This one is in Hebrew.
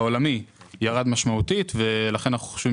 העולמי ירד משמעותית ולכן אנחנו חושבים